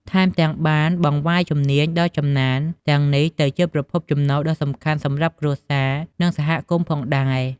ថែមទាំង បានបង្វែរជំនាញដ៏ចំណានទាំងនេះទៅជាប្រភពចំណូលដ៏សំខាន់សម្រាប់គ្រួសារ និងសហគមន៍ផងដែរ។